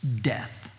death